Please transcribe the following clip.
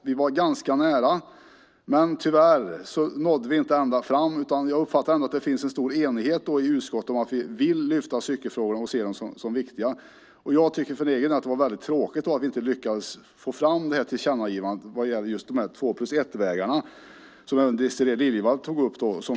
Vi var ganska nära, men tyvärr nådde vi inte ända fram. Jag uppfattar ändå att det finns en stor enighet i utskottet om att vi vill lyfta upp cykelfrågorna och se dem som viktiga. Det var tråkigt att vi inte lyckades få fram ett tillkännagivande vad gäller två-plus-ett-vägarna som Désirée Liljevall tog upp.